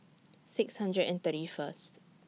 six hundred and thirty First